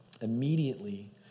Immediately